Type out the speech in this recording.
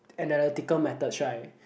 analytical methods right